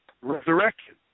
resurrection